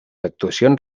actuacions